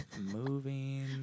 Moving